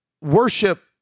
worship